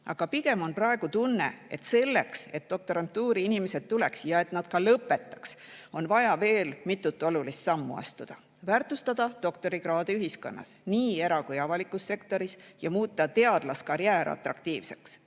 Pigem on praegu tunne, et selleks, et inimesed doktorantuuri tuleks ja et nad selle ka lõpetaks, on vaja veel mitu olulist sammu astuda, väärtustada doktorikraadi ühiskonnas, nii era- kui ka avalikus sektoris, ja muuta teadlaskarjäär atraktiivseks.